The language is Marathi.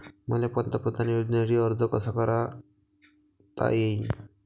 मले पंतप्रधान योजनेसाठी अर्ज कसा कसा करता येईन?